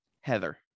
Heather